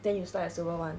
then you start at silver [one]